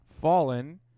Fallen